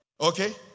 okay